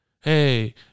Hey